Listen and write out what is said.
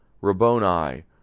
Rabboni